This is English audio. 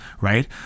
right